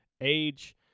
age